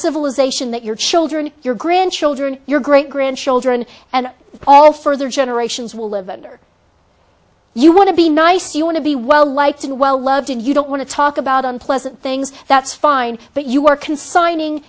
civilization that your children your grandchildren your great grandchildren and all further generations will live under you want to be nice you want to be well liked and well loved you don't want to talk about unpleasant things that's fine but you are consigning